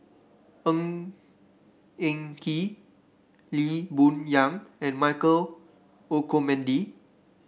Ng Eng Kee Lee Boon Yang and Michael Olcomendy